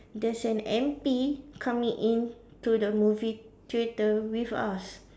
there's an M_P coming into the movie theatre with us